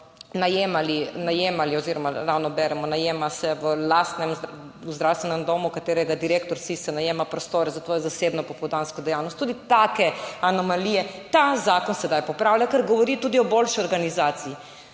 najemali oziroma ravno beremo, najema se v lastnem zdravstvenem domu, katerega direktor si, se najema prostore za tvojo zasebno popoldansko dejavnost. Tudi take anomalije ta zakon sedaj popravlja, ker govori tudi o boljši organizaciji.